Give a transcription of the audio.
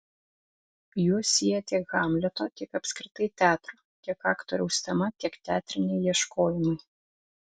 juos sieja tiek hamleto tiek apskritai teatro tiek aktoriaus tema tiek teatriniai ieškojimai